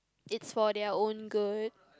it's for their own good